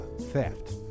theft